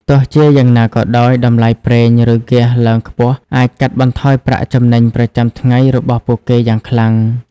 ទោះជាយ៉ាងណាក៏ដោយ តម្លៃប្រេង ឬ ហ្គាសឡើងខ្ពស់អាចកាត់បន្ថយប្រាក់ចំណេញប្រចាំថ្ងៃរបស់ពួកគេយ៉ាងខ្លាំង។